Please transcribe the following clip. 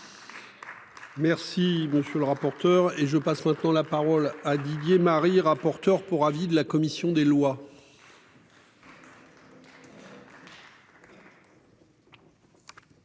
Merci. Bien sur, le rapporteur et je passe maintenant la parole à Didier Marie, rapporteur pour avis de la commission des lois.